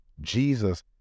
jesus